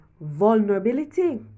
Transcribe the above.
vulnerability